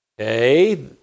Okay